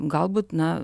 galbūt na